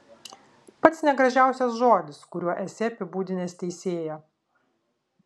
pats negražiausias žodis kuriuo esi apibūdinęs teisėją